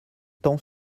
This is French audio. tend